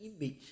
image